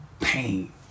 pain